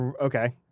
Okay